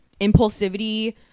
impulsivity